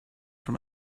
from